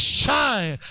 shine